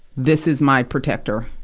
this is my protector.